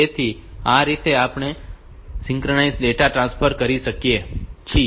તેથી આ રીતે આપણે આ સિંક્રનસ ડેટા ટ્રાન્સફર કરી શકીએ છીએ